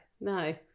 no